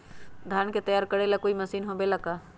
धान के तैयार करेला कोई मशीन होबेला का?